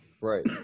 Right